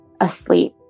asleep